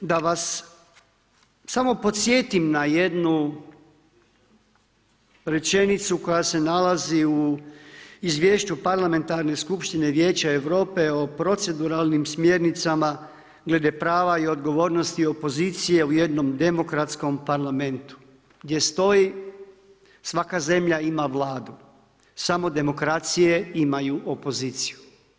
Da vas samo podsjetim na jednu rečenicu koja se nalazi u izvješću parlamentarne skupštine Vijeća Europe o proceduralnim smjernicama glede prava i odgovornosti opozicije u jednom demokratskom parlamentu gdje stoji svaka zemlja ima vladu, samo demokracije imaju opoziciju.